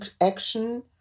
action